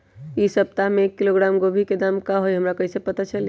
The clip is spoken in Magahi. इ सप्ताह में एक किलोग्राम गोभी के दाम का हई हमरा कईसे पता चली?